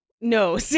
No